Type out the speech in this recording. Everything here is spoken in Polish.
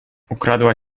ukradła